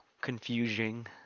confusing